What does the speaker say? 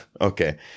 okay